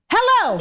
Hello